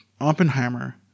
Oppenheimer